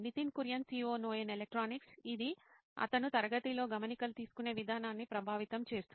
Nitin Kurian COO నోయిన్ electronics ఇది అతను తరగతిలో గమనికలు తీసుకునే విధానాన్నిప్రభావితం చేస్తుంది